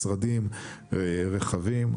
משרדים רחבים.